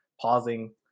pausing